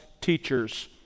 teachers